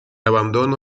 abandono